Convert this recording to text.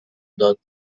داد